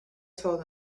told